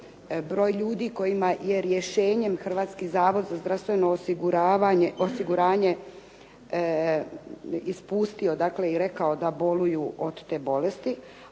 broj ljudi kojima je rješenjem Hrvatski zavod za zdravstveno osiguranje ispustio i rekao da boluju od te bolesti